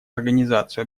организацию